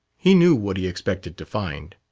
he knew what he expected to find.